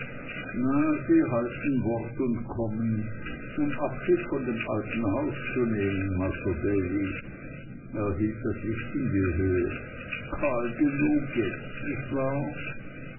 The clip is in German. na sie halten wort und kommen um abschied von dem alten hause zu nehmen masr davy er hielt das licht in die höhe kahl genug jetzt nicht wahr